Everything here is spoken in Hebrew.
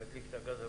להדליק את הגז הביתי.